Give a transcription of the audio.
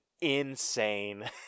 insane